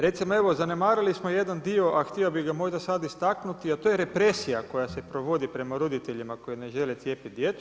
Recimo evo zanemarili smo jedan dio a htio bi ga možda sad istaknuti a to je represija koja se provodi prema roditeljima koji ne žele cijepiti djecu.